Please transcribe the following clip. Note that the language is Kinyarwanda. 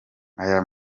aya